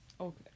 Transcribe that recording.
Okay